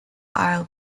isle